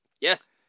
Yes